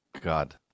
god